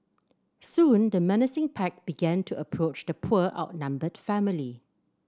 soon the menacing pack began to approach the poor outnumbered family